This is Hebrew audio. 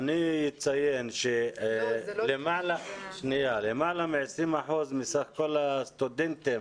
אני אציין שלמעלה מ-20% מסך כל הסטודנטים